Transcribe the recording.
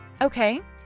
Okay